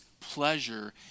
pleasure